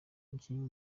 umukinnyi